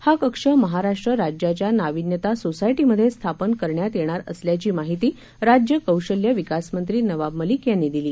हा कक्ष महाराष्ट्र राज्याच्या नाविन्यता सोसायटी मध्ये स्थापन करण्यात येणार असल्याची माहिती राज्य कौशल्य विकासमंत्री नवाब मलिक यांनी दिली